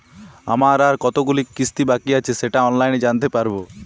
আমার আর কতগুলি কিস্তি বাকী আছে সেটা কি অনলাইনে জানতে পারব?